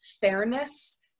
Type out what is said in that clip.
fairness